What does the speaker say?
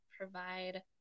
provide